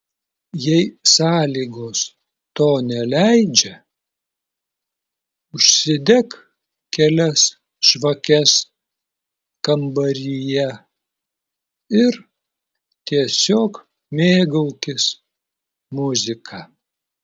jei sąlygos to neleidžia užsidek kelias žvakes kambaryje ir tiesiog mėgaukis muzika